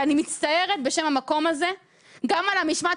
ואני מצטערת בשם המקום הזה גם על המשמעת